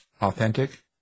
authentic